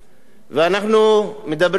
ואנחנו מדברים על חינוך,